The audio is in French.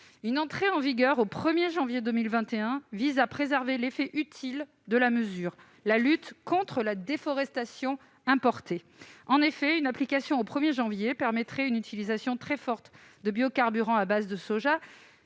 Une entrée en vigueur au 1 janvier 2021 vise à préserver l'effet utile de la mesure : la lutte contre la déforestation importée. En effet, une application au 1 juillet permettrait une utilisation très forte de biocarburants à base de soja,